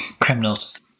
criminals